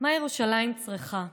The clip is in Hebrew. "מה ירושלים צריכה?